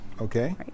Okay